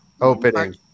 Opening